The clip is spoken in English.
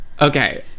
Okay